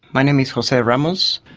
my name is jose ramos.